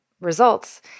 results